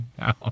now